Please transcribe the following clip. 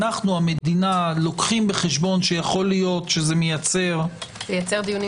אנו המדינה לוקחים בחשבון שיכול להיות שזה יכול מייצר דיונים